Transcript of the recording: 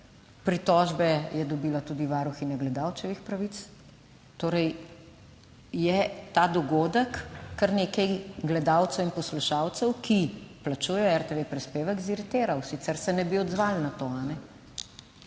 Pritožbe je dobila tudi varuhinja gledalčevih pravic. Torej, je ta dogodek kar nekaj gledalcev in poslušalcev, ki plačujejo RTV prispevek, z iritiral, sicer se ne bi odzvali na to! Zato